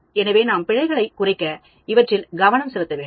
எனவே நாம் பிழைகளை குறைக்க அவற்றில் கவனம் செலுத்த வேண்டும்